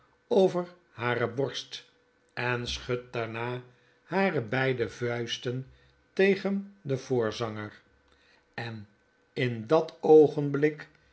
over hare borst en schudt daarna hare beide vuisten tegen den voorzanger en in dat oogenblik